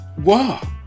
Wow